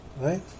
right